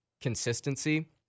consistency